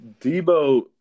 Debo